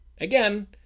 Again